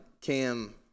Cam